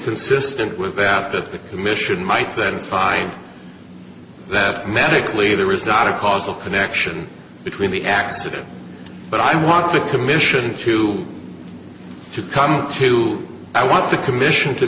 consistent with vapid commission might then fine that medically there is not a causal connection between the accident but i want the commission to to come to i want the commission to